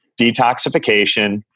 detoxification